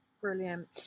Brilliant